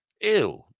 Ew